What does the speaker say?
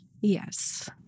Yes